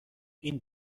این